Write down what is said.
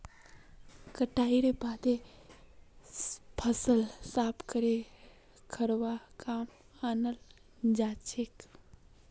कटाईर बादे फसल साफ करे खाबार कामत अनाल जाछेक